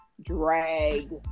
drag